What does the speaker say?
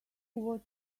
what